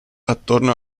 attorno